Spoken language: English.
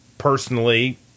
Personally